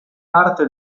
parte